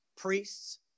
Priests